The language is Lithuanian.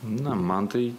na man tai